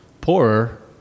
poorer